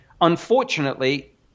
unfortunately